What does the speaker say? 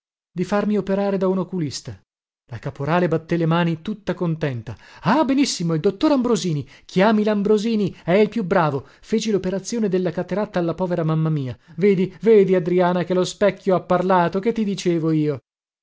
di farmi operare da un oculista la caporale batté le mani tutta contenta ah benissimo il dottor ambrosini chiami lambrosini è il più bravo fece loperazione della cateratta alla povera mamma mia vedi vedi adriana che lo specchio ha parlato che ti dicevo io